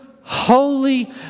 holy